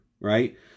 Right